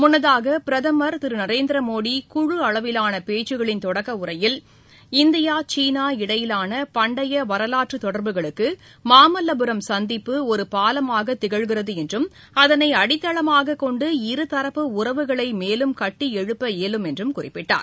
முன்னதாக பிரதமர் திருநரேந்திரமோடி குழு அளவிலானபேச்சுக்களின் தொடக்கஉரையில் இந்தியா சீனா இடையிலானபண்டையவரலாற்றுதொடர்புகளுக்குமாமல்லபுரம் சந்திப்பு ஒருபாலமாகத் திகழ்கிறதுஎன்றும் அதனைஅடித்தளமாகக் கொண்டு இருதரப்பு உறவுகளைமேலும் கட்டிஎழுப்ப இயலும் என்றும் குறிப்பிட்டார்